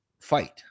fight